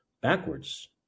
backwards